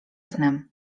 snem